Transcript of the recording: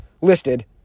listed